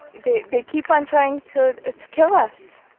they they keep on trying to ah to kill us,